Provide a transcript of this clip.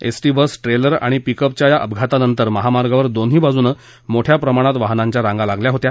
ST bus trailer आणि पिकअपच्या या अपघातानसि महामार्गावर दोन्ही बाजूने मोठ्या प्रमाणात वाहनाच्या राप्ति लागल्या होत्या